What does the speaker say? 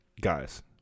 guys